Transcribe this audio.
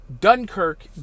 Dunkirk